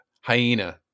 Hyena